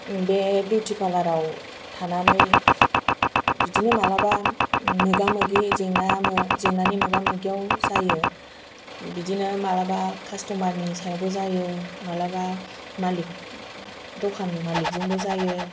बे बिउटि पार्लाराव थानानै बिदिनो मालाबा मोगा मोगि जेंना जेंनानि मोगा मोगियाव जायो बिदिनो मालाबा कास्ट'मारनि सायावबो जायो मालाबा मालिक दखान मालिकजोंबो जायो